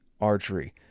Archery